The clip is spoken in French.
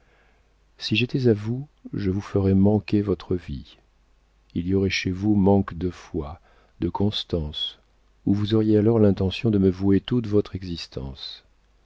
si j'étais à vous je vous ferais manquer votre vie il y aurait chez vous manque de foi de constance ou vous auriez alors l'intention de me vouer toute votre existence